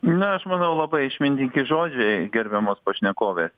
na aš manau labai išmintingi žodžiai gerbiamos pašnekovės